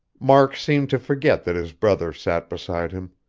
mark seemed to forget that his brother sat beside him.